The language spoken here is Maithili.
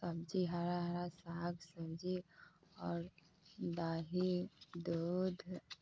सब्जी हरा हरा साग सब्जी आओर दही दूध